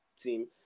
team